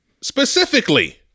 specifically